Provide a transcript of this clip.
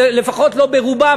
לפחות לא ברובה,